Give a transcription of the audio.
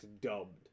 dubbed